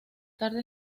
tarde